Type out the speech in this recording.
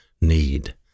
need